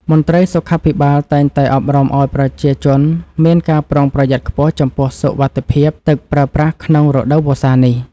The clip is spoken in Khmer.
មន្ត្រីសុខាភិបាលតែងតែអប់រំឱ្យប្រជាជនមានការប្រុងប្រយ័ត្នខ្ពស់ចំពោះសុវត្ថិភាពទឹកប្រើប្រាស់ក្នុងរដូវវស្សានេះ។